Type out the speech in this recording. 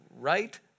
right